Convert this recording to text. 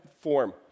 form